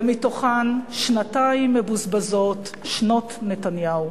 ומתוכן שנתיים מבוזבזות, שנות נתניהו.